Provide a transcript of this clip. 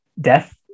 death